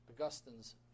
Augustine's